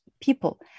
people